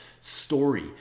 story